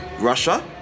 Russia